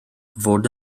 fod